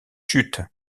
chute